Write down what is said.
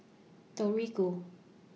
Torigo